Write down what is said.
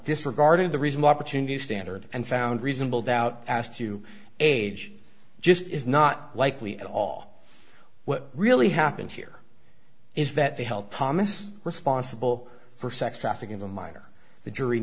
disregarded the reason why opportunity standard and found reasonable doubt as to age just is not likely at all what really happened here is that they held thomas responsible for sex trafficking of a minor the jury